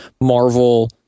Marvel